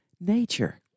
nature